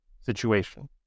situation